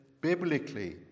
biblically